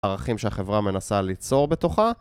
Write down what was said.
ערכים שהחברה מנסה ליצור בתוכה